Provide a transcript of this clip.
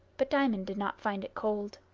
but diamond did not find it cold.